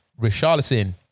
Richarlison